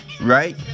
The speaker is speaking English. Right